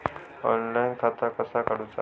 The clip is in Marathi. ऑनलाईन खाता कसा उगडूचा?